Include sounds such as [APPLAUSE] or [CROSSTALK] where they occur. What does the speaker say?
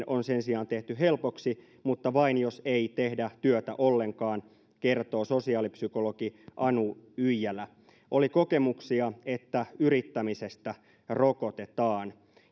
[UNINTELLIGIBLE] on sen sijaan tehty helpoksi mutta vain jos ei tehdä työtä ollenkaan kertoo sosiaalipsykologi anu yijälä oli kokemuksia että yrittämisestä rokotetaan